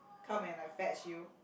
come and like fetch you